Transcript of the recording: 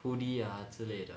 hoodie ah 之类的